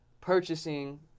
purchasing